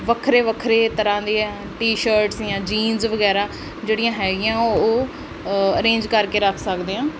ਵੱਖਰੇ ਵੱਖਰੇ ਤਰ੍ਹਾਂ ਦੀਆਂ ਟੀ ਸ਼ਰਟਸ ਜਾਂ ਜੀਨਸ ਵਗੈਰਾ ਜਿਹੜੀਆਂ ਹੈਗੀਆਂ ਉਹ ਅਰੇਂਜ ਕਰਕੇ ਰੱਖ ਸਕਦੇ ਹਾਂ